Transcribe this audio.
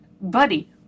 buddy